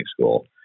school